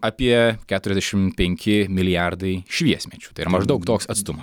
apie keturiasdešim penki milijardai šviesmečių tai yra maždaug toks atstumas